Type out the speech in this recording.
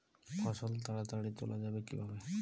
ফসল তাড়াতাড়ি তোলা যাবে কিভাবে?